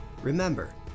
Remember